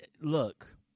Look